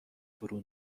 فرو